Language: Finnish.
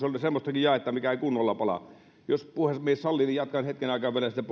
on semmoistakin jaetta mikä ei kunnolla pala jos puhemies sallii niin jatkan hetken aikaa vielä